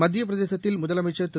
மத்தியபிரதேசத்தில்முதலமைச்சர்திரு